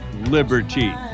liberty